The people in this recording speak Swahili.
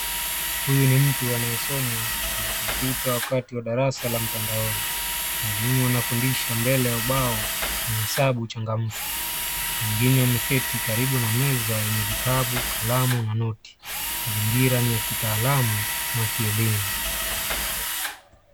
Huyu ni mtu anayesoma kompyuta wakati wa darasa la mtandaoni. Mwalimu anafundisha mbele ya ubao hesabu changamfu. Wengine wameketi karibu na meza yenye vitabu, kalamu na noti. Mazingira ni ya kitaalamu na kielimu.